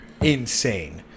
insane